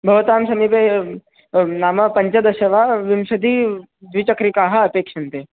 भवतां समीपे नाम पञ्चदश वा विन्शतिः द्विचक्रिकाः अपेक्षन्ते